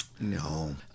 No